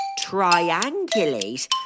triangulate